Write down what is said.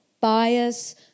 bias